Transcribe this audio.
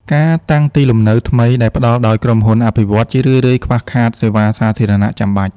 ការតាំងទីលំនៅថ្មីដែលផ្ដល់ដោយក្រុមហ៊ុនអភិវឌ្ឍន៍ ជារឿយៗខ្វះខាតសេវាសាធារណៈចាំបាច់។